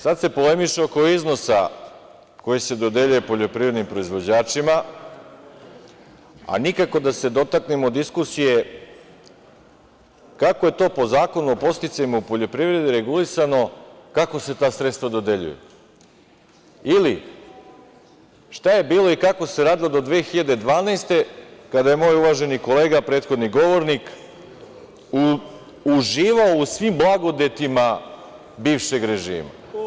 Sada se polemiše oko iznosa koji se dodeljuje poljoprivrednim proizvođačima, a nikako da se dotaknemo diskusije kako je to po Zakonu o podsticajima u poljoprivredi regulisano kako se ta sredstva dodeljuju ili šta je bilo i kako se radilo do 2012. godine kada je moj uvaženi kolega, prethodni govornik uživao u svim blagodetima bivšeg režima.